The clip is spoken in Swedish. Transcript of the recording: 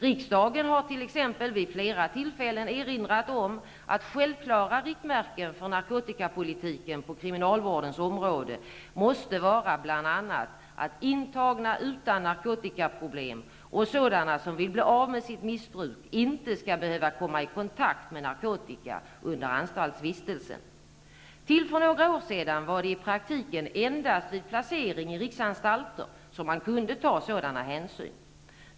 Riksdagen har t.ex. vid flera tillfällen erinrat om att självklara riktmärken för narkotikapolitiken på kriminalvårdens område måste vara bl.a. att intagna utan narkotikaproblem och sådana som vill bli av med sitt missbruk inte skall behöva komma i kontakt med narkotika under anstaltsvistelsen. Till för några år sedan var det i praktiken endast vid placering i riksanstalter som man kunde ta sådana hänsyn.